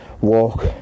walk